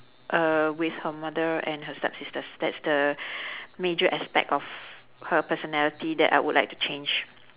err with her mother and her stepsisters that's the major aspect of her personality that I would like to change